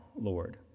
Lord